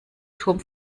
turm